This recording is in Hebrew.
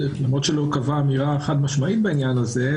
למרות שהוא לא קבע אמירה חד-משמעית בעניין הזה,